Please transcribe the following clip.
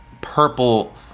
purple